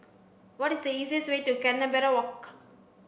what is the easiest way to Canberra Walk